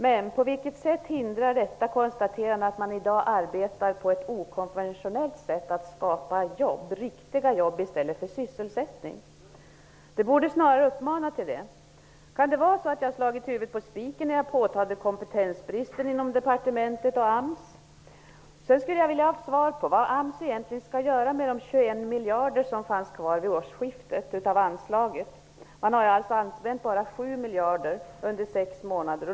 Men på vilket sätt hindrar detta konstaterande att man i dag arbetar på ett okonventionellt sätt när det gäller att skapa riktiga jobb i stället för bara sysselsättning? Snarare borde gjorda uttalande uppmana till det. Har jag möjligen träffat huvudet på spiken när jag påtalar kompetensbristen inom departementet och Man har alltså bara använt 7 miljarder under sex månader.